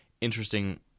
interesting